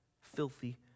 filthy